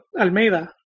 Almeida